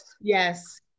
yes